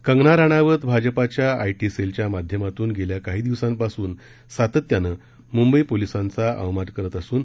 कंगना राणावत भाजपाच्या आयटी सेलच्या माध्यमातून गेल्या काही दिवसांपासून सातत्यानं म्ंबई पोलिसांचा अवमान करत होती